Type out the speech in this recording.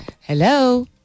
Hello